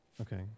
Okay